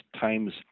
Times